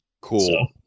Cool